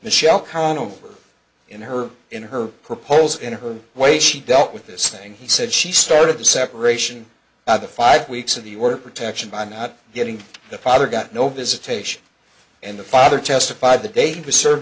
michelle khan over in her in her proposals in her way she dealt with this thing he said she started the separation of the five weeks of the order protection by not getting the father got no visitation and the father testified the day he was served